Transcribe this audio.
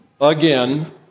again